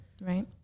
right